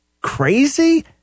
Crazy